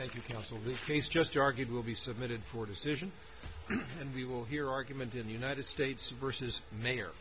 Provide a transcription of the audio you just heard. that you can also live please just argued will be submitted for decision and we will hear argument in the united states versus mayor